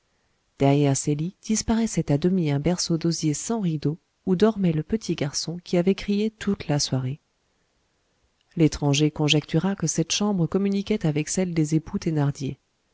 disparaissait à demi un berceau d'osier sans rideaux où dormait le petit garçon qui avait crié toute la soirée l'étranger conjectura que cette chambre communiquait avec celle des époux thénardier